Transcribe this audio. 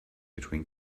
between